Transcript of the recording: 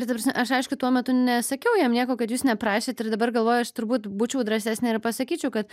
ir ta prasme aš aišku tuo metu nesakiau jam nieko kad jūs neprašėt ir dabar galvoju aš turbūt būčiau drąsesnė ir pasakyčiau kad